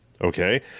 okay